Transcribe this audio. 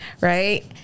right